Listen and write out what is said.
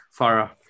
Farah